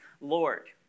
Lord